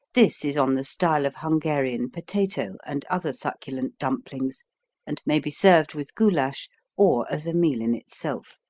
this is on the style of hungarian potato and other succulent dumplings and may be served with goulash or as a meal in itself.